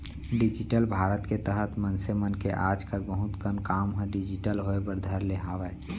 digital Bharat के तहत मनसे मन के आज कल बहुत कन काम ह डिजिटल होय बर धर ले हावय